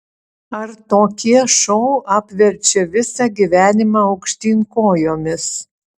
ar tokie šou apverčia visą gyvenimą aukštyn kojomis